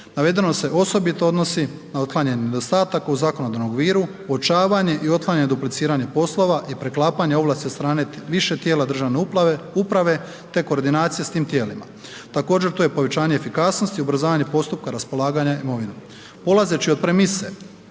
Navedeno se osobito odnosi na uklanjanje nedostataka u zakonodavnom okviru, uočavanje i otklanjanje dupliciranja poslova i preklapanja ovlasti od strane više tijela državne uprave te koordinacije sa tim tijelima. Također to je povećanje efikasnosti i ubrzavanje postupka raspolaganja imovinom.